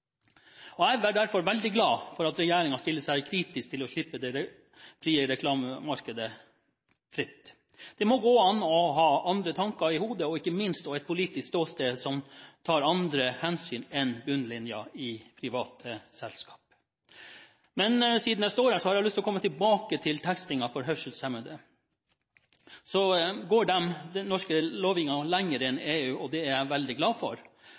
Jeg ble derfor veldig glad for at regjeringen stiller seg kritisk til å slippe det reklamemarkedet fritt. Det må gå an å ha andre tanker i hodet og ikke minst også et politisk ståsted som tar andre hensyn enn bunnlinjen i private selskaper. Siden jeg står her, har jeg lyst til å komme tilbake til tekstingen for hørselshemmede. Den norske lovgivningen går lenger enn EU, og det er jeg veldig glad for.